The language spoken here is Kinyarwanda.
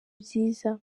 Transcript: byiza